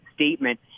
statement